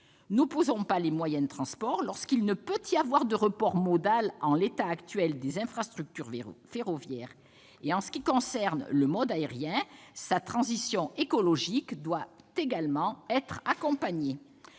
N'opposons pas les moyens de transport lorsqu'il ne peut y avoir de report modal en l'état actuel des infrastructures ferroviaires. En ce qui concerne le mode aérien, sa transition écologique doit également être accompagnée.